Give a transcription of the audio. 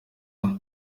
ari